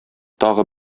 тагы